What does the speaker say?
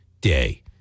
Day